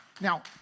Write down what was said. Now